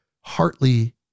Hartley